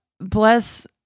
bless